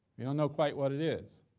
we don't know quite what it is,